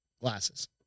glasses